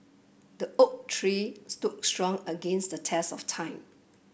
the oak tree stood strong against the test of time